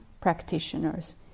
practitioners